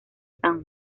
san